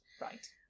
Right